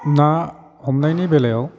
ना हमनायनि बेलायाव